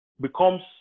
becomes